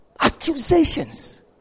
Accusations